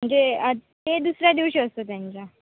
म्हणजे ते दुसऱ्या दिवशी असतो त्यांचा